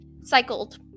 Cycled